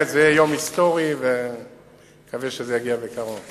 זה יהיה יום היסטורי ואני מקווה שזה יגיע בקרוב.